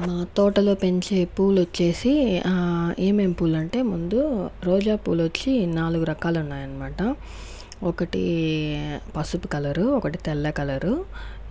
నా తోటలో పెంచే పూలు వచ్చేసి ఏమేం పూలు అంటే ముందు రోజా పూలు వచ్చి నాలుగు రకాల ఉన్నాయన్నమాట ఒకటి పసుపు కలరు ఒకటి తెల్ల కలరు